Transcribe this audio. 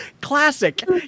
Classic